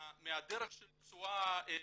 מהדרך של תשואה רווחית,